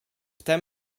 tem